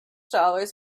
dollars